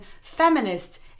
feminist